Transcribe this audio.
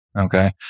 Okay